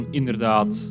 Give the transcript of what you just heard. inderdaad